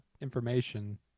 information